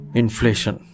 inflation